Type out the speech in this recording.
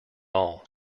all